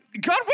God